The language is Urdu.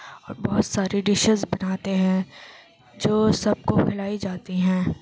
اور بہت سارے ڈشز بناتے ہیں جو سب کو پلائی جاتی ہیں